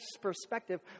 perspective